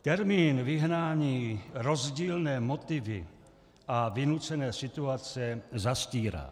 Termín vyhnání rozdílné motivy a vynucené situace zastírá.